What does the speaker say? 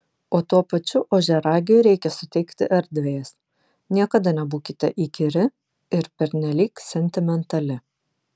o tuo pačiu ožiaragiui reikia suteikti erdvės niekada nebūkite įkyri ir pernelyg sentimentali